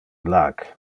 illac